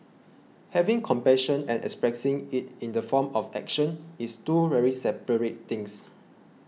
having compassion and expressing it in the form of action is two very separate things